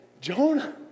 Jonah